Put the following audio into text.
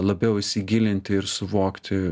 labiau įsigilinti ir suvokti